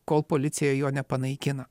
kol policija jo nepanaikina